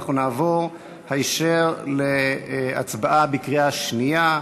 ואנחנו נעבור היישר להצבעה בקריאה שנייה.